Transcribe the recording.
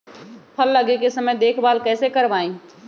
फल लगे के समय देखभाल कैसे करवाई?